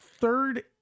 third